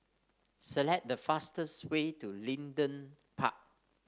select the fastest way to Leedon Park